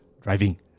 driving